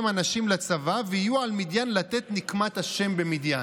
אנשים לצבא ויהיו על מדין לתת נקמת ה' במדין".